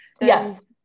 Yes